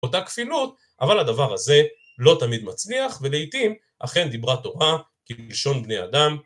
אותה כפילות אבל הדבר הזה לא תמיד מצליח ולעיתים אכן דיברה תורה כלשון בני אדם